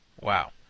wow